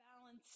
balance